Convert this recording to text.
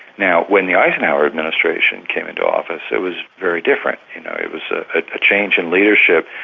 now when the eisenhower administration came into office, it was very different. you know, it was a ah change in leadership,